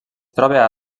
troba